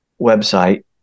website